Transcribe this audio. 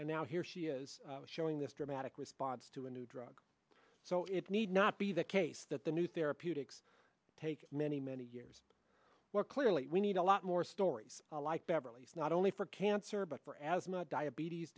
and now here she is showing this dramatic response to a new drug so it need not be the case that the new therapeutics take many many years where clearly we need a lot more stories like beverly's not only for cancer but for as not diabetes